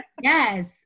Yes